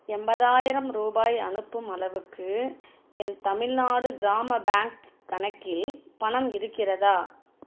எண்பதாயிரம் ரூபாய் அனுப்பும் அளவுக்கு என் தமிழ்நாடு கிராம பேங்க் கணக்கில் பணம் இருக்கிறதா